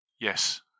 Yes